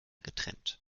getrennt